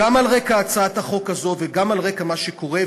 גם על רקע הצעת החוק הזאת וגם על רקע מה שקורה,